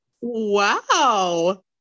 Wow